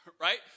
Right